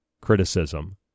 criticism